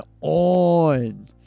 on